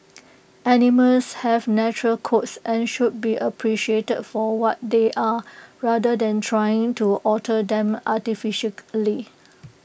animals have natural coats and should be appreciated for what they are rather than trying to alter them artificially